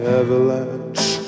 avalanche